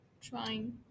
trying